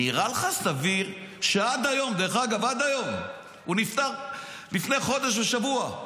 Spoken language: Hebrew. נראה לך סביר שעד היום, הוא נפטר לפני חודש ושבוע,